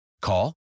Call